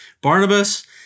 Barnabas